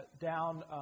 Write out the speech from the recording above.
down